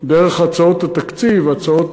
דרך הצעות התקציב והצעות